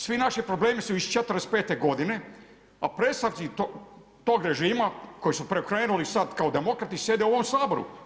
Svi naši problemi su iz '45. godine, a predstavnici tog režima koji su preokrenuli sad kao demokrati, sjede u ovom Saboru.